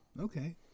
Okay